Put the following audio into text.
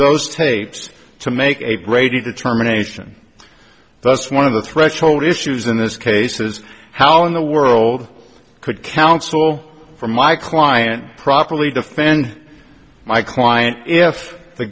those tapes to make a greater determination that's one of the threshold issues in this case is how in the world could counsel for my client properly defend my client if the